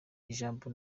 ijambo